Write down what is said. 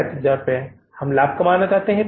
35000 रुपये और हम क्या लाभ कमाना चाहते हैं